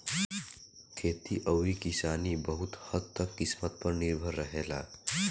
खेती अउरी किसानी बहुत हद्द तक किस्मत पर निर्भर रहेला